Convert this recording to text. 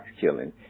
killing